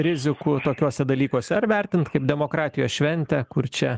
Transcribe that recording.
rizikų tokiuose dalykuose ar vertint kaip demokratijos šventę kur čia